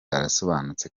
arasobanutse